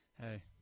hey